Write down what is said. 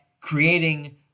creating